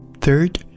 Third